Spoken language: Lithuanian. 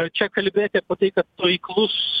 čia kalbėti apie tai kad taiklus